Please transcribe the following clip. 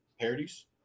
parodies